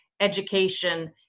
education